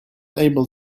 able